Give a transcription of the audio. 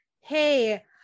Hey